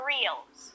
Reels